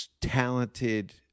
talented